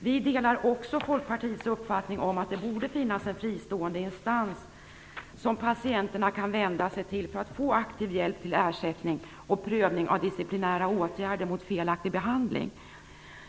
Vi delar också Folkpartiets uppfattning om att det borde finnas en fristående instans som patienterna kunde vända sig till för att få aktiv hjälp till ersättning och prövning av disciplinära åtgärder mot felaktig behandling.